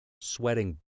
sweating